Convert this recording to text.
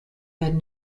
had